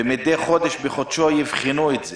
ומידי חודש בחודשו יבחנו את זה.